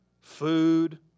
Food